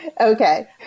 Okay